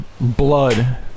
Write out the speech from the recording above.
Blood